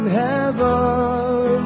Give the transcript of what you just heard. heaven